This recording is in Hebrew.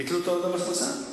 ביטלו את ההורדה במס הכנסה?